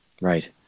Right